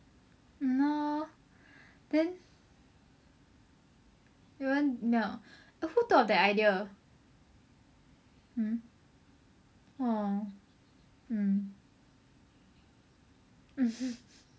!hannor! then it won't melt who thought of that idea mm orh mm